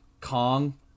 Kong